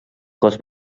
cos